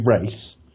race